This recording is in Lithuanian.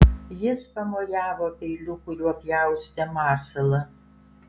jis pamojavo peiliu kuriuo pjaustė masalą